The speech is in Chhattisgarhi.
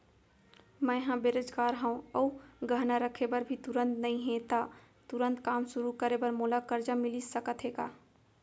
मैं ह बेरोजगार हव अऊ गहना रखे बर भी तुरंत नई हे ता तुरंत काम शुरू करे बर मोला करजा मिलिस सकत हे का?